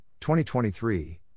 2023